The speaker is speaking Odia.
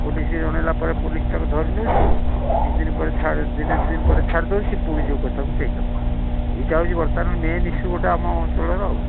ପୋଲିସ୍ କି ଜଣାଇଲା ପରେ ପୋଲିସ୍ ତାକୁ ଧରି ନେଉଛି କିଛି ଦିନ ପରେ ଦିନେ ଦୁଇ ଦିନ ପରେ ଛାଡ଼ି ଦେଉଛି ପୁଣି ଯେଉଁ କଥାକୁ ସେଇ କଥା ଏଇଟା ହେଉଛି ବର୍ତ୍ତମାନ ମେନ୍ ଇସୁ ଗୋଟେ ଆମ ଅଞ୍ଚଳର ଆଉ